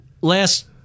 last